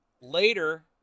Later